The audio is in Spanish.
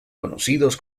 conocidos